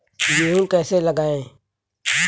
गेहूँ कैसे लगाएँ?